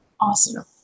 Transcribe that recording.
Awesome